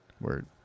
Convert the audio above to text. Word